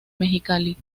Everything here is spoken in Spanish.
mexicali